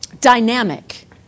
dynamic